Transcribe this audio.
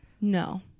No